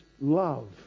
love